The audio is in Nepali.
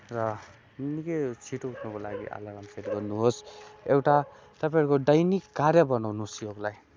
र निकै छिटो उठ्नुको लागि अलार्म सेट गर्नुहोस् एउटा तपाईँहरूको दैनिक कार्य बनाउनुहोस् योगलाई